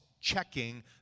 checking